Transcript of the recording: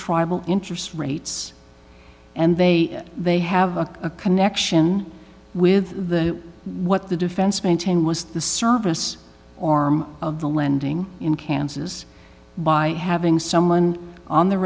tribal interest rates and they they have a connection with the what the defense maintained was the service orm of the lending in kansas by having someone on the